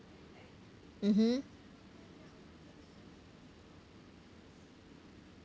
mmhmm